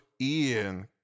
Ian